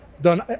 done